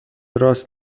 راست